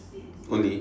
only